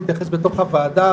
להתייחס לדברים בתוך הוועדה,